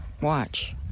watch